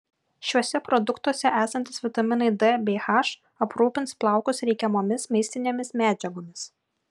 šiuose produktuose esantys vitaminai d bei h aprūpins plaukus reikiamomis maistinėmis medžiagomis